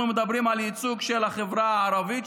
אנחנו מדברים על ייצוג של החברה הערבית,